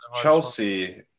Chelsea